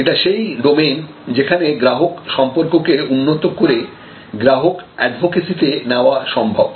এটা সেই ডোমেন যেখানে গ্রাহক সম্পর্ককে উন্নত করে গ্রাহক অ্যাডভোকেসি তে নেওয়া সম্ভব